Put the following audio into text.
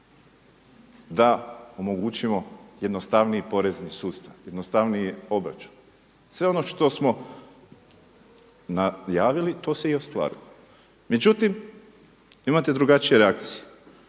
da omogućimo jednostavniji porezni sustav, jednostavniji obračun. Sve ono što smo najavili to se i ostvarilo. Međutim imate drugačije reakcije.